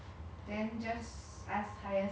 imagine the delivery fees for that man